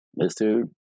Mr